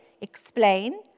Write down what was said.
explain